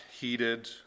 heated